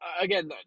again